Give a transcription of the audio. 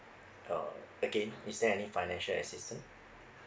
oh okay is there any financial assistance